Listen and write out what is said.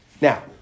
Now